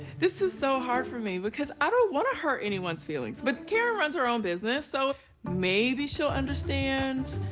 this is so hard for me. because i don't wanna hurt anyone's feelings. but karen runs her own business, so maybe she'll understand.